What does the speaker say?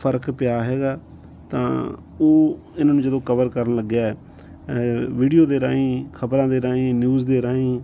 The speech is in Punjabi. ਫਰਕ ਪਿਆ ਹੈਗਾ ਤਾਂ ਉਹ ਇਹਨਾਂ ਨੂੰ ਜਦੋਂ ਕਵਰ ਕਰਨ ਲੱਗਿਆ ਵੀਡੀਓ ਦੇ ਰਾਹੀਂ ਖਬਰਾਂ ਦੇ ਰਾਹੀਂ ਨਿਊਜ਼ ਦੇ ਰਾਹੀਂ